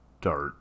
dart